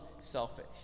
selfish